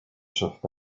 joseph